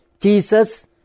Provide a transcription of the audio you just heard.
Jesus